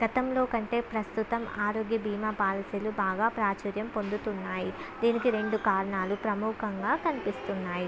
గతంలో కంటే ప్రస్తుతం ఆరోగ్య భీమా పాలసీలు బాగా ప్రాచుర్యం పొందుతున్నాయి దీనికి రెండు కారణాలు ప్రముఖంగా కనిపిస్తున్నాయి